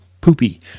poopy